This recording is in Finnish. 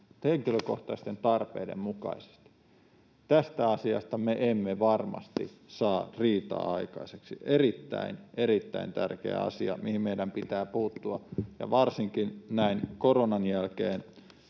henkilökohtaisten tarpeiden mukaisesti. Tästä asiasta me emme varmasti saa riitaa aikaiseksi. Erittäin, erittäin tärkeä asia, mihin meidän pitää puuttua, ja varsinkin näin koronan jälkeen